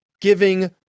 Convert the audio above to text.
giving